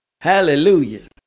Hallelujah